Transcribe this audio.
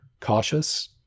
cautious